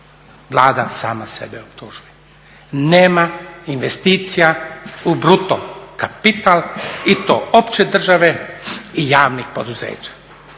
Vlada sama sebe optužuje. Nema investicija u bruto kapital i to opće države i javnih poduzeća.